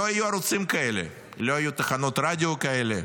לא יהיו ערוצים כאלה, לא יהיו תחנות רדיו כאלה,